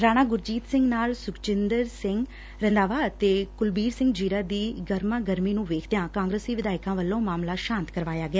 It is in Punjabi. ਰਾਣਾ ਗੁਰਜੀਤ ਸਿੰਘ ਨਾਲ ਸੁਖਜਿੰਦਰ ਸਿੰਘ ਰੰਧਾਵਾ ਅਤੇ ਕੁਲਬੀਰ ਸਿੰਘ ਜ਼ੀਰਾ ਦੀ ਗਰਮਾ ਗਰਮੀ ਨੂੰ ਵੇਖਦਿਆ ਕਾਂਗਰਸੀ ਵਿਧਾਇਕਾਂ ਵੱਲੋਂ ਮਾਮਲਾ ਸ਼ਾਂਤ ਕਰਵਾਇਆ ਗਿਆ